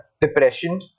depression